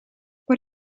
what